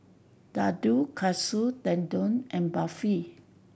Ladoo Katsu Tendon and Barfi